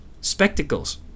spectacles